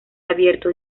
abierto